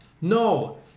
No